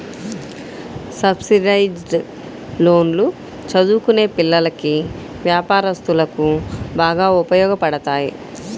subsidised లోన్లు చదువుకునే పిల్లలకి, వ్యాపారస్తులకు బాగా ఉపయోగపడతాయి